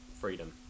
freedom